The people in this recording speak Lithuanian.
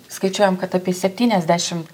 skaičiuojam kad apie septyniasdešim